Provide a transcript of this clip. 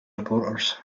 reporters